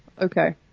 Okay